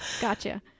Gotcha